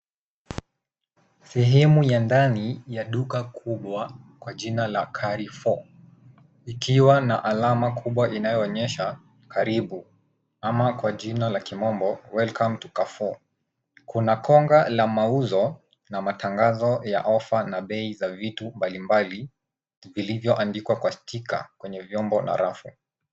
Sehemu ya ndani ya duka kubwa kwa jina la carrefour ikiwa na alama kubwa inayoonyesha karibu ama kwa jina la kimombo welcome to carrefour . Kuna konga la mauzo na matangazo ya ofa na bei za vitu mbalimbali vilivyoandikwa kwa stika kwenye vyombo na rafu.